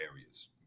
areas